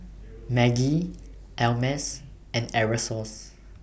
Maggi Ameltz and Aerosoles